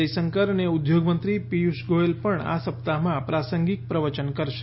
જયશંકર અને ઉદ્યોગમંત્રી પિયુષ ગોયલ પણ આ સપ્તાહમાં પ્રાસંગિક પ્રવચન કરશે